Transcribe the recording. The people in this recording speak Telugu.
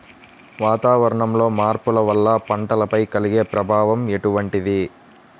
వాతావరణంలో మార్పుల వల్ల పంటలపై కలిగే ప్రభావం ఎటువంటిది?